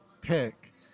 pick